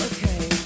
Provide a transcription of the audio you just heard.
Okay